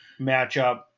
matchup